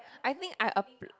I think I appl~